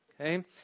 Okay